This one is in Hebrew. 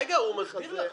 רגע, הוא מסביר לך.